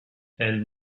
elle